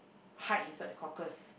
hide inside the cockles